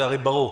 זה הרי ברור.